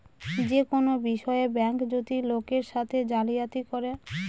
যে কোনো বিষয়ে ব্যাঙ্ক যদি লোকের সাথে জালিয়াতি করে